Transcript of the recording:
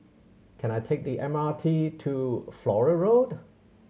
can I take the M R T to Flora Road